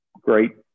great